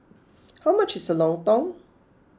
how much is Lontong